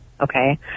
okay